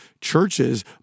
churches